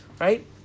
right